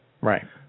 Right